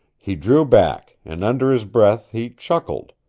he drew back, and under his breath he chuckled.